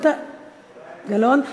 גלאון,